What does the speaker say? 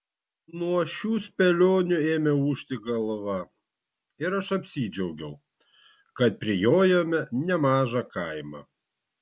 nuo šių spėlionių ėmė ūžti galva ir aš apsidžiaugiau kad prijojome nemažą kaimą